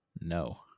No